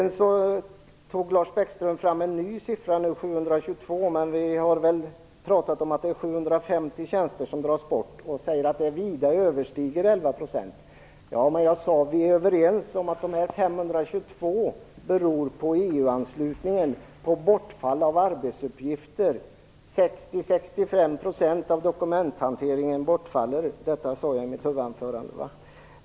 Nu tog Lars Bäckström fram en ny siffra, nämligen 722 - vi har väl pratat om att det är 750 tjänster som dras bort - och sade att det vida överstiger 11 %. Jag sade att vi är överens om att indragningen av de 522 tjänsterna beror på bortfall av arbetsuppgifter på grund av EU-anslutningen. 60-65 % av dokumenthanteringen bortfaller. Detta sade jag i mitt huvudanförande.